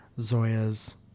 Zoya's